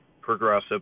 progressive